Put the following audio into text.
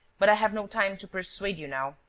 but i have no time to persuade you now.